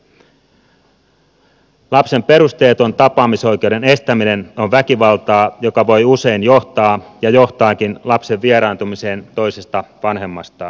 perusteeton lapsen tapaamisoikeuden estäminen on väkivaltaa joka voi usein johtaa ja johtaakin lapsen vieraantumiseen toisesta vanhemmastaan